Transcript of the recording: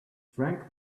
frank